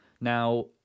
Now